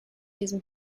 diesem